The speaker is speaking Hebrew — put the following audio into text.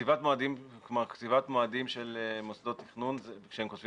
קציבת מועדים של מוסדות תכנון שהם קוצבים